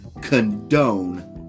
condone